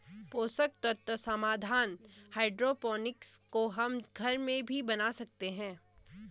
पोषक तत्व समाधान हाइड्रोपोनिक्स को हम घर में भी बना सकते हैं